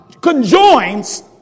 conjoins